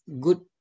good